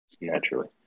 naturally